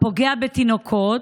הפוגע בתינוקות.